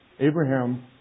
Abraham